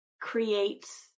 creates